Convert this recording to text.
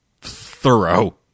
thorough